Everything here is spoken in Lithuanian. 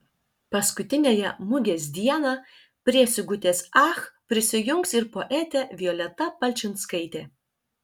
paskutiniąją mugės dieną prie sigutės ach prisijungs ir poetė violeta palčinskaitė